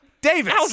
Davis